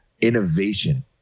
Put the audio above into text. innovation